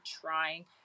trying